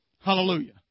Hallelujah